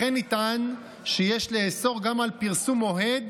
לכן נטען שיש לאסור גם פרסום אוהד